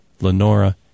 Lenora